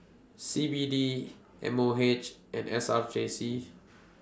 C B D M O H and S R J C